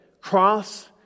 Cross